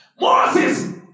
Moses